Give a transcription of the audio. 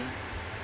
mm